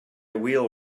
wheel